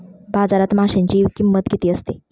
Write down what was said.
बाजारात माशांची किंमत किती असते?